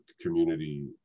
community